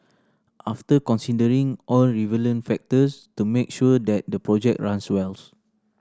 after considering all factors to make sure that the project runs well